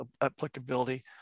applicability